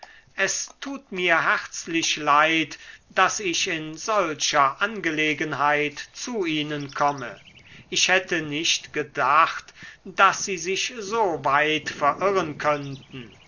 es tut mir herzlich leid daß ich in solcher angelegenheit zu ihnen komme ich hätte nicht gedacht daß sie sich so weit verirren könnten